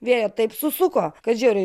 vėjo taip susuko kad žiauriai